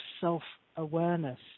self-awareness